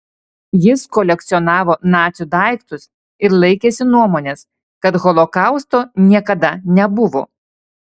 jis kolekcionavo nacių daiktus ir laikėsi nuomonės kad holokausto niekada nebuvo